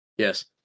Yes